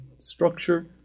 structure